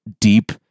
deep